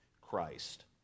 Christ